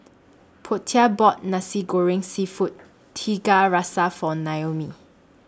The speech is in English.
Portia bought Nasi Goreng Seafood Tiga Rasa For Naomi